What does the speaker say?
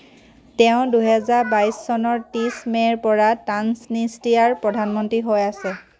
তেওঁ দুহেজাৰ বাইছ চনৰ ত্ৰিছ মে'ৰ পৰা ট্ৰান্সনিষ্ট্ৰিয়াৰ প্ৰধানমন্ত্ৰী হৈ আছে